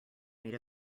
made